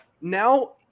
now